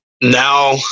now